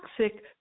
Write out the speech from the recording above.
toxic